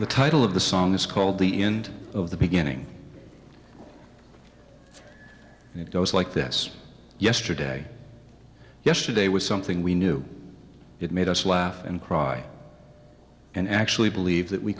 the title of the song is called the end of the beginning and it goes like this yesterday yesterday was something we knew it made us laugh and cry and actually believed that we